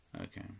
Okay